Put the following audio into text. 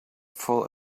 for